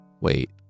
Wait